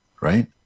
right